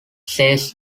says